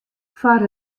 foar